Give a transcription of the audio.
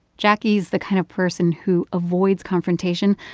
jacquie's the kind of person who avoids confrontation.